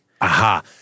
Aha